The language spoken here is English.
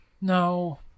No